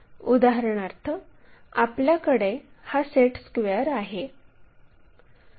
उदाहरणार्थ आपल्याकडे हा सेट स्क्वेअर आहे